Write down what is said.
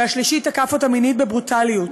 והשלישי תקף אותה מינית בברוטליות.